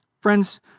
Friends